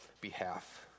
behalf